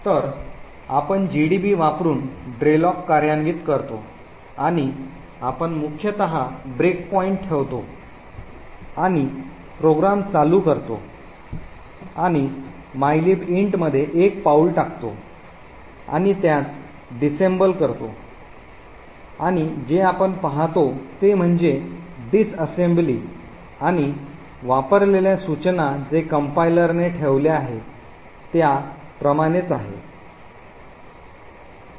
तर आपण जीडीबी वापरुन ड्रेलोक कार्यान्वित करतो आणि आपण मुख्यत ब्रेकपॉईंट ठेवतो आणि प्रोग्राम चालू करतो आणि mylib int मध्ये एक पाऊल टाकतो आणि त्यास डिस्सेम्बल करतो आणि जे आपण पाहतो ते म्हणजे डीसअस्सेबली आणि वापरलेल्या सूचना जे कंपाईलर ने ठेवले आहे त्या प्रमाणेच आहेत